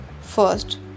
first